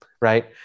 Right